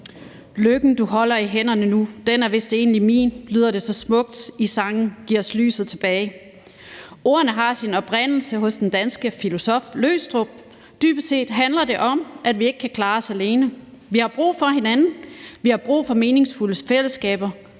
»Lykken du holder i hænderne nu/ den er vist egentlig min« lyder det så smukt i sangen »Gi' os lyset tilbage«. Ordene har sin oprindelse hos den danske filosof Løgstrup. Dybest set handler det om, at vi ikke kan klare os alene. Vi har brug for hinanden. Vi har brug for meningsfulde fællesskaber.